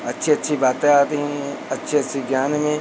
अच्छी अच्छी बातें आती हैं अच्छी अच्छी ज्ञान हमें